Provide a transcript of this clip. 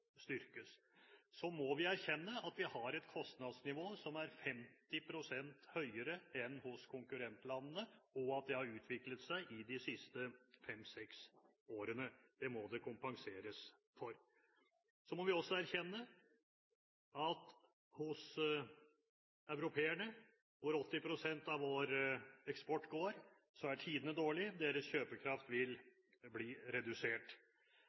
Så må vi erkjenne at vi har et kostnadsnivå som er 50 pst. høyere enn hos konkurrentlandene våre, og at det har utviklet seg de siste fem–seks årene. Det må det kompenseres for. Så må vi også erkjenne at hos europeerne, hvor 80 pst. av vår eksport går, er tidene dårlige. Deres kjøpekraft vil bli redusert.